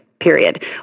period